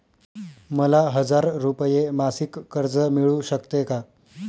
मला हजार रुपये मासिक कर्ज मिळू शकते का?